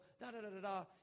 da-da-da-da-da